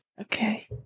okay